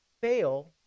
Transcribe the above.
fail